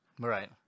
Right